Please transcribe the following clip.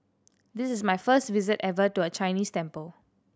this is my first visit ever to a Chinese temple